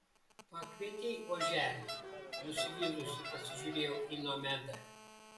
pakvietei oželį nusivylusi pasižiūrėjau į nomedą